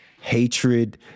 hatred